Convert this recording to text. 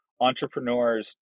entrepreneurs